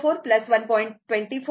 04 1